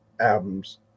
albums